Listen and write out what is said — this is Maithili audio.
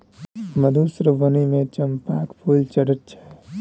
मधुश्रावणीमे चंपाक फूल चढ़ैत छै